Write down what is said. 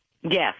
Yes